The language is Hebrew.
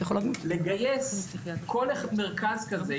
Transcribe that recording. לגייס כל מרכז כזה,